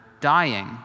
dying